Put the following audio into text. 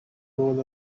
role